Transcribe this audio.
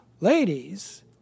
ladies